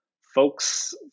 folks